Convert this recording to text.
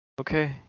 Okay